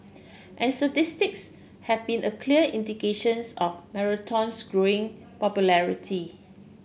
and statistics have been a clear indications of marathon's growing popularity